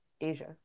Asia